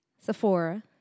Sephora